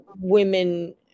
women